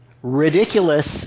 Ridiculous